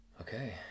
Okay